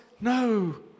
no